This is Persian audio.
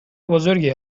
بزرگی